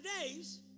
days